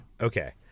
okay